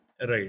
Right